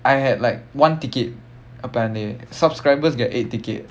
I had like one ticket apparently subscribers get eight ticket